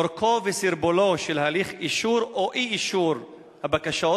אורכו וסרבולו של הליך אישור או אי-אישור הבקשות,